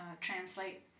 Translate